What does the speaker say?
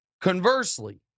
Conversely